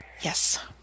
Yes